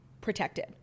protected